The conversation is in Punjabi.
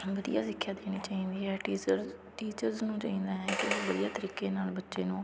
ਵਧੀਆ ਸਿੱਖਿਆ ਦੇਣੀ ਚਾਹੀਦੀ ਹੈ ਟੀਚਰਜ ਟੀਚਰਸ ਨੂੰ ਚਾਹੀਦਾ ਹੈ ਕਿ ਵਧੀਆ ਤਰੀਕੇ ਨਾਲ ਬੱਚੇ ਨੂੰ